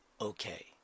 okay